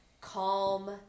calm